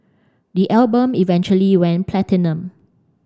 the album eventually went platinum